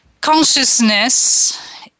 consciousness